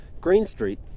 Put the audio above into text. Greenstreet